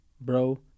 bro